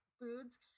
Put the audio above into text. foods